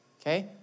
okay